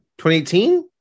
2018